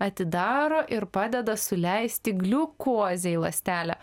atidaro ir padeda suleisti gliukozę į ląstelę